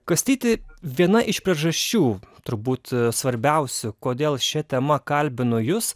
kastyti viena iš priežasčių turbūt svarbiausia kodėl šia tema kalbinu jus